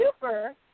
super –